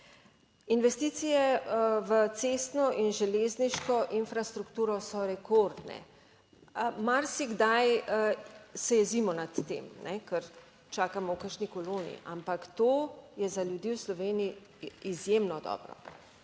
Investicije v cestno in železniško infrastrukturo so rekordne. Marsikdaj se jezimo nad tem, ker čakamo v kakšni koloni, ampak to je za ljudi v Sloveniji izjemno dobro